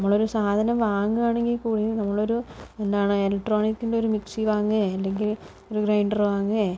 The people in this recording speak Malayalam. നമ്മളൊരു സാധനം വാങ്ങുകയാണെങ്കിൽ കൂടിയും നമ്മളൊരു എന്താണ് ഇലക്ട്രോണിക്കിൻ്റെ ഒരു മിക്സി വാങ്ങുകയോ അല്ലെങ്കിൽ ഒരു ഗ്രൈൻഡറ് വാങ്ങുകയോ